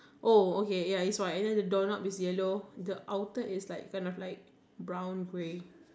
oh okay ya is white and then the doorknob is yellow the outer is kind of like brown grey